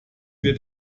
wir